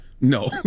No